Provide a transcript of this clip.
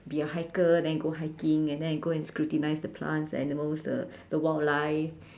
be a hiker then go hiking and then I go and scrutinize the plants animals uh the wildlife